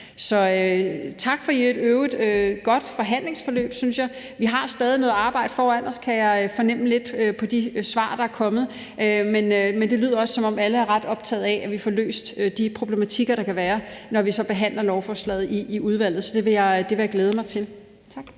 synes jeg, i øvrigt godt forhandlingsforløb. Vi har stadig noget arbejde foran os, kan jeg lidt fornemme på de svar, der er kommet, men det lyder også, som om alle er ret optagede af, at vi får løst de problematikker, der kan være, når vi så behandler lovforslaget i udvalget. Så det vil jeg glæde mig til. Tak.